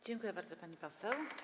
Dziękuję bardzo, pani poseł.